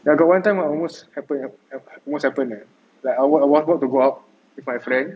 ya got one time I almost happen also happen eh like I was about to go out with my friend